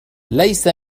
ليس